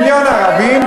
מיליון ערבים,